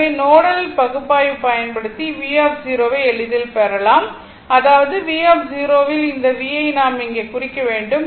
எனவே நோடல் பகுப்பாய்வு பயன்படுத்தி V ஐ எளிதாக பெறலாம் அதாவது இந்த V யில் இந்த V ஐ நாம் இங்கே குறிக்க வேண்டும்